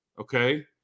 Okay